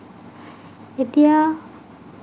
এতিয়া